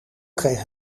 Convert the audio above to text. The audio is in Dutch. kreeg